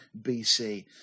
BC